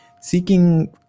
Seeking